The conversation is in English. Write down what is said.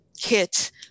kit